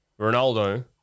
Ronaldo